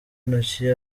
intoki